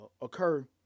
occur